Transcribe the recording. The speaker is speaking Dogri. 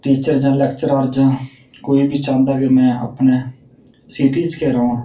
टीचर जां लैक्चरार्र जां कोई बी चाह्दां जे में सिटी च गै रवां